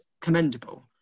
commendable